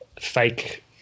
fake